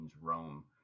Rome